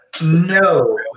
No